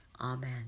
Amen